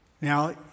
Now